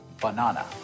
banana